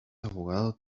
abogado